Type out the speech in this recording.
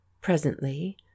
Presently